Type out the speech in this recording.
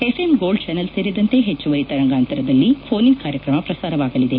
FM gold channel ಸೇರಿದಂತೆ ಹೆಚ್ಚುವರಿ ತರಂಗಾಂತರದಲ್ಲಿ ಫೋನ್ ಇನ್ ಕಾರ್ಯಕ್ರಮ ಪ್ರಸಾರವಾಗಲಿದೆ